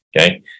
okay